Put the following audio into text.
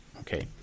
Okay